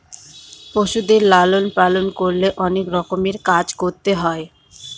পশুদের লালন পালন করলে অনেক রকমের কাজ করতে হয়